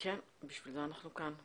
כן, בשביל זה אנחנו כאן.